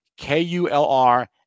KULR